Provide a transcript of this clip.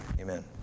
amen